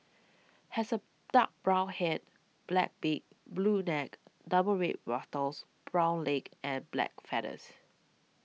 has a dark brown head black beak blue neck double red wattles brown legs and black feathers